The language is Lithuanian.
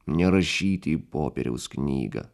nerašyti į popieriaus knygą